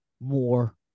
more